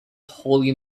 holding